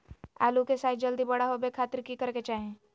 आलू के साइज जल्दी बड़ा होबे के खातिर की करे के चाही?